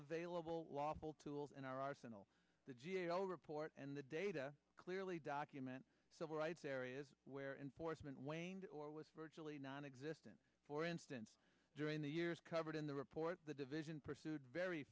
local lawful tools in our arsenal the g a o report and the data clearly document civil rights areas where enforcement waned or was virtually nonexistent for instance during the years covered in the report the division pursued very